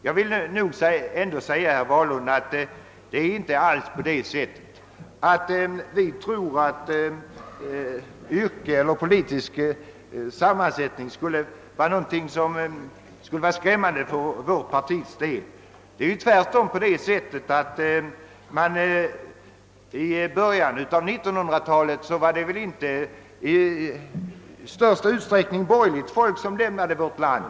Jag vill säga herr Wahlund, att det inte alls förhåller sig på det sättet att yrke eller politisk uppfattning skulle vara något skrämmande för vårt partis del. Tvärtom — i början av 1900-talet var det väl inte i största utsträckning borgerligt folk som lämnade vårt land.